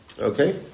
Okay